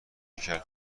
کرد